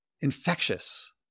infectious